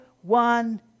one